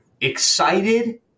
excited